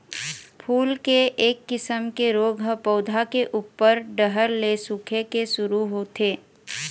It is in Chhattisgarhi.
फूल के एक किसम के रोग ह पउधा के उप्पर डहर ले सूखे के शुरू होथे